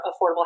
affordable